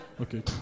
Okay